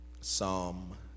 Psalm